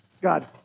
God